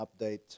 update